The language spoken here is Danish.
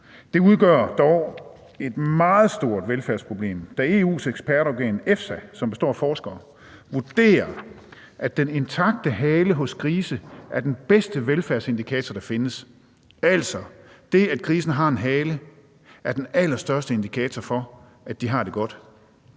Det udgør dog et meget stort velfærdsproblem, da EU's ekspertorgan EFSA, som består af forskere, vurderer, at den intakte hale hos grise er den bedste velfærdsindikator, der findes. Altså: Det, at grisene har en hale, er den allerstørste indikator for, at de har det godt